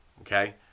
Okay